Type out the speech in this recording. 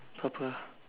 apa pe ah